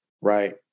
right